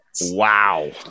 Wow